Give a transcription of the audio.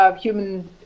human